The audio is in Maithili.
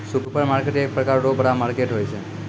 सुपरमार्केट एक प्रकार रो बड़ा मार्केट होय छै